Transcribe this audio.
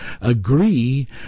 agree